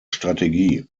strategie